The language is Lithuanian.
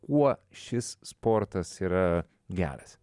kuo šis sportas yra geras